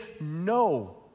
no